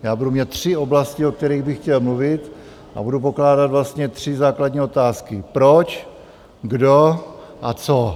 Já budu mít tři oblasti, o kterých bych chtěl mluvit, a budu pokládat vlastně tři základní otázky: proč, kdo a co?